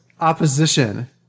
opposition